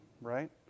right